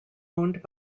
owned